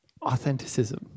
Authenticism